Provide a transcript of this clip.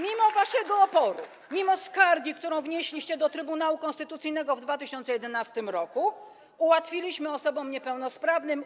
Mimo waszego oporu, mimo skargi, którą wnieśliście do Trybunału Konstytucyjnego w 2011 r., ułatwiliśmy osobom niepełnosprawnym.